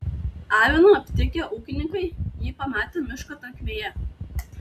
aviną aptikę ūkininkai jį pamatė miško tankmėje